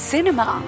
Cinema